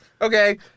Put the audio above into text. Okay